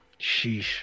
sheesh